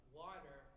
water